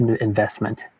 investment